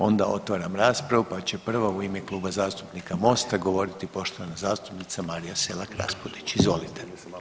Onda otvaram raspravu pa će prvo u ime Kluba zastupnika Mosta govoriti poštovana zastupnica Marija Selak Raspudić, izvolite.